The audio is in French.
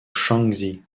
shaanxi